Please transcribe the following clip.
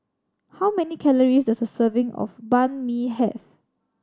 how many calories does a serving of Banh Mi have